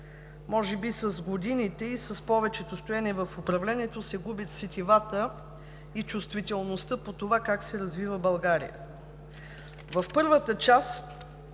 Може би с годините и с повечето стоене в управлението се губят сетивата и чувствителността по това как се развива България. В първата част